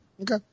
Okay